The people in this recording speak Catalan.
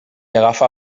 agafa